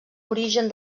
origen